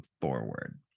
forward